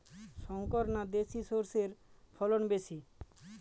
শংকর না দেশি সরষের ফলন বেশী?